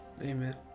Amen